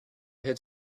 had